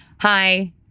Hi